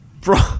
Bro